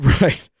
right